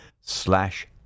slash